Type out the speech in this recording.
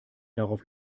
darauf